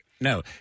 No